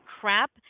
crap